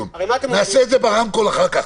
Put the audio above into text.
-- נעשה את זה אחר כך.